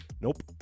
Nope